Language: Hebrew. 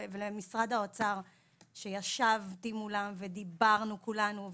ולמשרד האוצר שישבתי מולם ודיברנו כולנו,